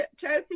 Chelsea